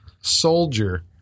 Soldier